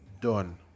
Done